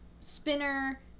Spinner